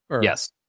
Yes